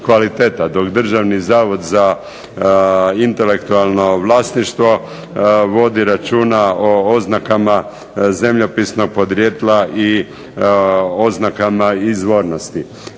dok Državni zavod za intelektualno vlasništvo vodi računa o oznakama zemljopisnog podrijetla i oznakama izvornosti.